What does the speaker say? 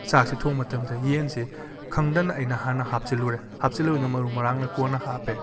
ꯆꯥꯛꯁꯤ ꯊꯣꯡꯕ ꯃꯇꯝꯗ ꯌꯦꯟꯁꯤ ꯈꯪꯗꯅ ꯑꯩꯅ ꯍꯥꯟꯅ ꯍꯥꯞꯆꯤꯜꯂꯨꯔꯦ ꯍꯥꯞꯆꯤꯜꯂꯨꯅ ꯃꯔꯨ ꯃꯔꯥꯡꯅ ꯀꯣꯟꯅ ꯍꯥꯞꯄꯦ